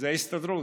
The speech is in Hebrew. זה ההסתדרות,